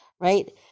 right